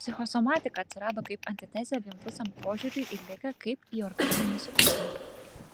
psichosomatika atsirado kaip antitezė vienpusiam požiūriui į ligą kaip į organinį sutrikimą